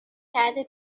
کرده